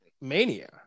mania